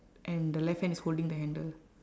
and the left hand is holding the handle